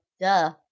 Duh